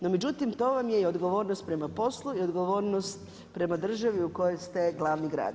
No međutim, to vam je i odgovornost prema poslu i odgovornost prema državi u kojoj ste glavni grad.